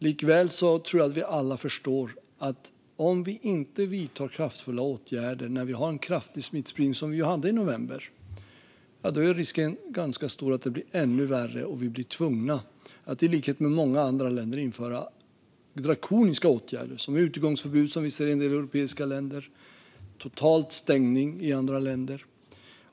Likväl tror jag att vi alla förstår att om vi inte vidtar kraftfulla åtgärder när vi har en kraftig smittspridning, som vi ju hade i november, är risken ganska stor att det blir ännu värre. Då skulle vi bli tvungna att i likhet med många andra länder införa drakoniska åtgärder som utegångsförbud, som vi ser i en del europeiska länder, och total stängning, som vi ser i andra länder.